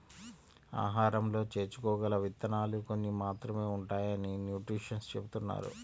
ఆహారంలో చేర్చుకోగల విత్తనాలు కొన్ని మాత్రమే ఉంటాయని న్యూట్రిషన్స్ చెబుతున్నారు